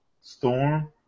Storm